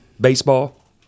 Baseball